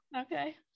Okay